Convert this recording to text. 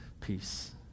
peace